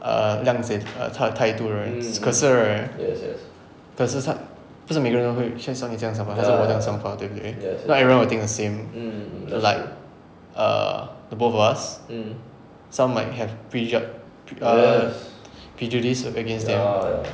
err 谅解他的态度 right 可是 right 可是他不是每一个人都是会像你这样的想法还是我这样的想法对不对 not everyone will think the same like err the both of us some might have prejud~ err prejudice against them